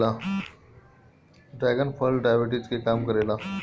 dragon फल diabetes के कम करेला